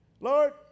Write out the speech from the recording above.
Lord